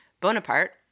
Bonaparte